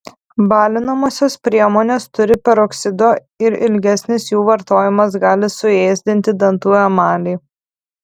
balinamosios priemonės turi peroksido ir ilgesnis jų vartojimas gali suėsdinti dantų emalį